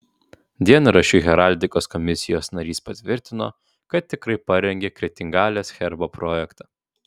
dienraščiui heraldikos komisijos narys patvirtino kad tikrai parengė kretingalės herbo projektą